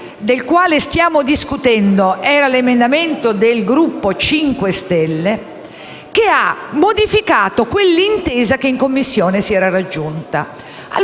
Grazie